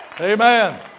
Amen